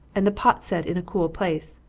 and the pot set in a cool place.